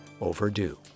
overdue